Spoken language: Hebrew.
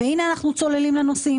והנה אנחנו צוללים לנושאים.